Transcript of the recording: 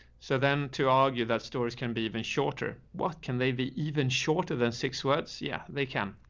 so then to argue that stories can be even shorter, what can they be even shorter than six words? yeah, they can.